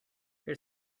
here